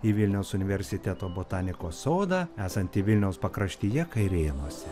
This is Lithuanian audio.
į vilniaus universiteto botanikos sodą esantį vilniaus pakraštyje kairėnuose